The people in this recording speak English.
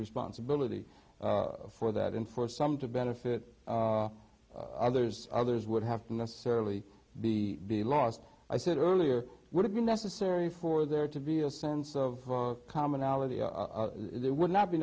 responsibility for that and for some to benefit others others would have to necessarily be the last i said earlier would it be necessary for there to be a sense of commonality there would not be